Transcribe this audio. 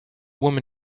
woman